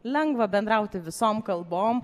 lengva bendrauti visom kalbom